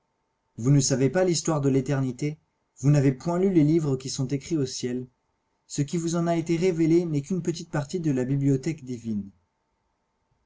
vous ne savez pas l'histoire de l'éternité vous n'avez point lu les livres qui sont écrits au ciel ce qui vous en a été révélé n'est qu'une petite partie de la bibliothèque